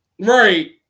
Right